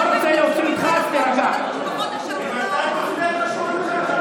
אני קורא אותך לסדר פעם שנייה.